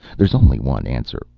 there's only one answer.